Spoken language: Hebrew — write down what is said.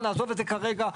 נעזוב את זה כרגע.